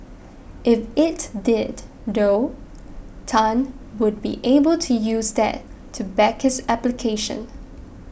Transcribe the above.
if it did though Tan would be able to use that to back his application